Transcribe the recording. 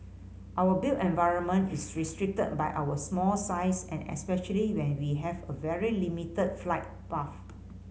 our built environment is restricted by our small size and especially when we have a very limited flight path